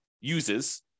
uses